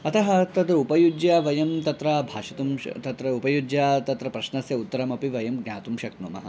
अतः तद् उपयुज्य वयं तत्र भाषितुं श तत्र उपयुज्य तत्र प्रश्नस्य उत्तरम् अपि वयं ज्ञातुं शक्नुमः